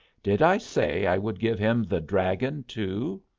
did i say i would give him the dragon too?